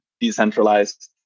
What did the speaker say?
decentralized